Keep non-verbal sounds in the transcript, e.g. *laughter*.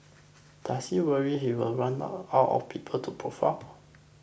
does he worry he will run *unintelligible* out of people to profile